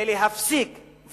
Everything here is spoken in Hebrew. ולהפסיק,